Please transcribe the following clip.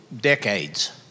decades